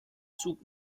zug